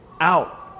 out